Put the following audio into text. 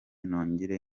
nongere